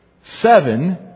Seven